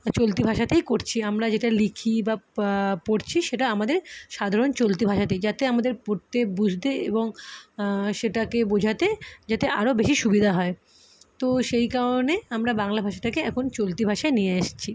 চলতি ভাষাতেই করছি আমরা যেটা লিখি বা পড়ছি সেটা আমাদের সাধারণ চলতি ভাষাতেই যাতে আমাদের পড়তে বুঝতে এবং সেটাকে বোঝাতে যাতে আরও বেশি সুবিধা হয় তো সেই কারণে আমরা বাংলা ভাষাটাকে এখন চলতি ভাষায় নিয়ে এসছি